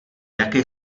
jaké